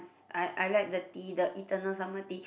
I I like the tea the eternal summer tea